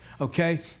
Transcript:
okay